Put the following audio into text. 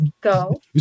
Go